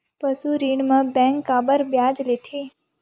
पशु ऋण म बैंक काबर ब्याज लेथे?